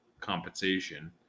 compensation